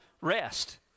rest